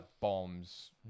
bombs